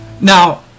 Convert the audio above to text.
Now